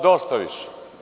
Dosta više.